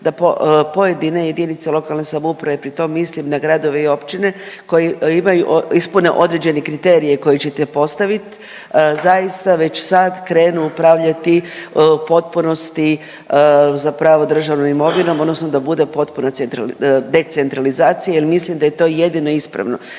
da pojedine JLS, pri tom mislim na gradove i općine koje imaju, ispune određene kriterije koji ćete postavit, zaista već sad krenu upravljati u potpunosti zapravo državnom imovinom odnosno da bude potpuna centrali…, decentralizacija jel mislim da je to jedino ispravno.